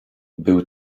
był